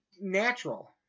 natural